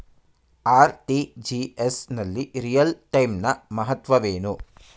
RTGS ನಲ್ಲಿ real time ನ ಮಹತ್ವವೇನು?